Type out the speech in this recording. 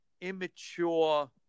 immature